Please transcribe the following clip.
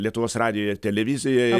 lietuvos radijuj ir televizijoj